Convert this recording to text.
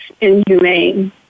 inhumane